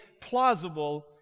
plausible